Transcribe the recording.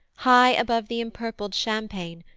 high above the empurpled champaign,